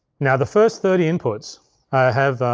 now the first thirty inputs, i have,